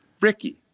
Ricky